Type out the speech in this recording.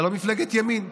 אתה לא מפלגת ימין,